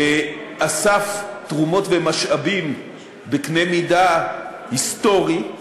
אסף תרומות ומשאבים בקנה מידה היסטורי,